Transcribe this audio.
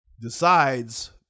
decides